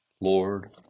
lord